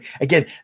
Again